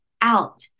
out